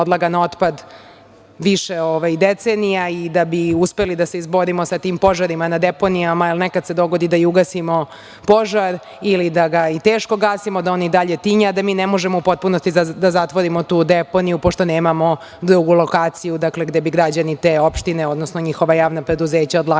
odlagan otpad više decenija i da bi uspeli da se izborimo sa tim požarima na deponijama, jer nekad se dogodi da i ugasimo požar ili da ga teško gasimo, da on i dalje tinja, a da mi ne možemo u potpunosti da zatvorimo tu deponiju pošto nemamo drugu lokaciju gde bi građani te opštine, odnosno njihova javna preduzeća odlagali